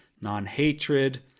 non-hatred